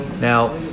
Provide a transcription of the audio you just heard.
Now